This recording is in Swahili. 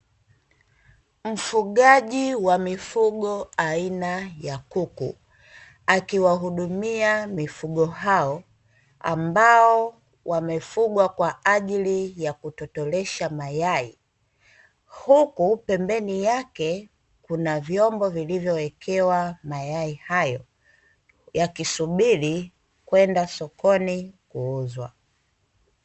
Mfugaji wa mifugo aina ya kuku, akiwahudumia mifugo hao ambao wamefugwa kwa ajili ya kutotolesha mayai, huku pembeni yake kuna vyombo vilivyowekewa mayai hayo, yakisubiri kwenda sokoni kuuzwa.